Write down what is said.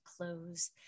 close